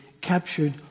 captured